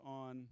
on